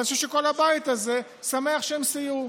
ואני חושב שכל הבית הזה שמח שהם סייעו.